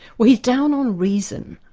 well he's down on reason.